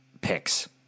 picks